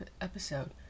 episode